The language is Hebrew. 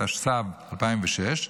התשס"ו 2006,